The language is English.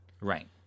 right